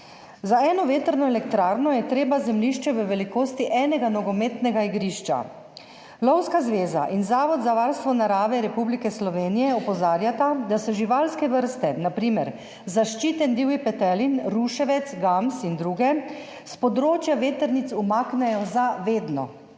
Za eno vetrno elektrarno je potrebno zemljišče v velikosti enega nogometnega igrišča. Lovska zveza in Zavod Republike Slovenije za varstvo narave opozarjata, da se živalske vrste, na primer zaščiten divji petelin, ruševec, gams in druge, s področja vetrnic umaknejo za vedno.